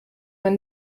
man